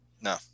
No